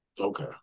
Okay